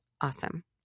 Awesome